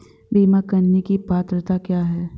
बीमा करने की पात्रता क्या है?